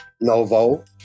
Novo